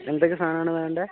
എന്തൊക്കെ സാധനമാണ് വേണ്ടത്